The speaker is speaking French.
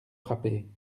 frappés